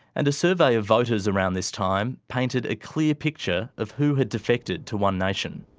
and a survey of voters around this time painted a clear picture of who had defected to one nation.